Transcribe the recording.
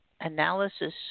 Analysis